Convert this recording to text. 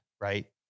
right